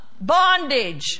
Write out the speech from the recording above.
bondage